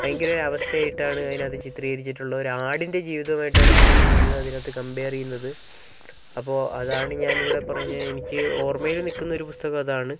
ഭയങ്കര അവസ്ഥയായിട്ടാണ് അതിനകത്ത് ചിത്രീകരിച്ചിട്ടുള്ളത് ഒരാടിൻ്റെ ജീവിതവുമായിട്ടാണ് പുള്ളിയുടെ ജീവിതം അതിനകത്ത് കമ്പെയർ ചെയ്യുന്നത് അപ്പോൾ അതാണ് ഞാനിവിടെ പറഞ്ഞ എനിക്ക് ഓർമ്മയിൽ നിൽക്കുന്ന ഒരു പുസ്തകം അതാണ്